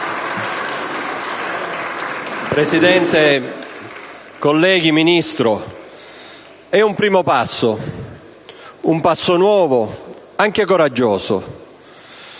Presidente, colleghi, signora Ministro, è un primo passo, un passo nuovo, anche coraggioso.